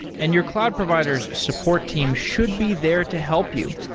and your cloud provider s support team should be there to help you.